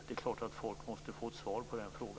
Det är klart att folk måste få ett svar på den frågan.